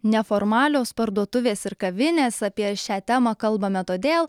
neformalios parduotuvės ir kavinės apie šią temą kalbame todėl